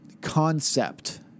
concept